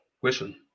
question